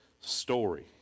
Story